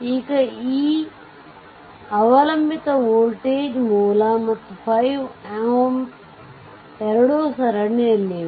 ಈಗ ಈ ಅವಲಂಬಿತ ವೋಲ್ಟೇಜ್ ಮೂಲ ಮತ್ತು 5 Ω ಎರಡು ಸರಣಿಯಲ್ಲಿವೆ